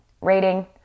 rating